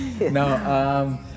No